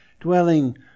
dwelling